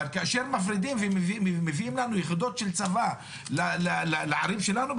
אבל כאשר מפרידים ומביאים לנו יחידות של צבא לערים שלנו,